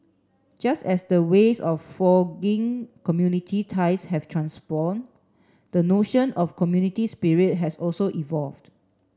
just as the ways of community ties have transformed the notion of community spirit has also evolved